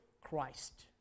Christ